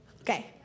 Okay